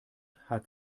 hat